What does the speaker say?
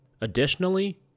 Additionally